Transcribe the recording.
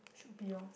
should be orh